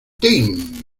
team